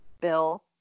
Bill